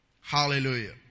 Hallelujah